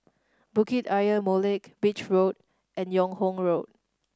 Bukit Ayer Molek Beach Road and Yung Ho Road